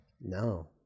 no